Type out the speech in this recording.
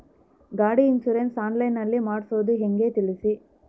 ಗಾಡಿ insurance online ನಲ್ಲಿ ಮಾಡ್ಸೋದು ಹೆಂಗ ತಿಳಿಸಿ?